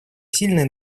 сильные